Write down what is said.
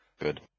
Good